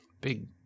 big